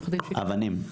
אבנים.